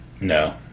No